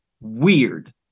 weird